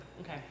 Okay